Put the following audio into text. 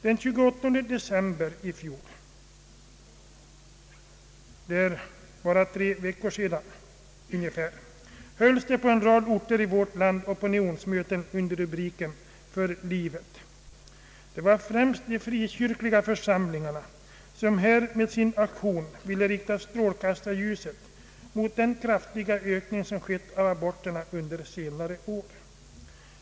Den 28 december i fjol — för bara tre veckor sedan ungefär — hölls på en rad orter i vårt land opinionsmöten under rubriken För livet. Det var främst de frikyrkliga församlingarna som med sin aktion ville rikta strålkastarljuset mot den kraftiga ökning som skett under senare år av antalet aborter.